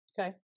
Okay